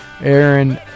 aaron